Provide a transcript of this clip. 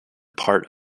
part